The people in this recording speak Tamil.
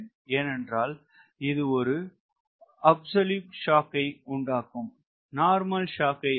ஏனென்றால் இது ஒரு ஆப்லிக் ஷாக் ஐ உண்டாக்கும் நார்மல் ஷாக் ஐ அல்ல